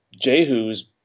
Jehu's